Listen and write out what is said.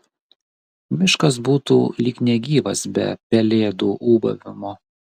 miškas būtų lyg negyvas be pelėdų ūbavimo